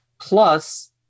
Plus